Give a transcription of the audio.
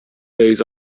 days